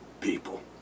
people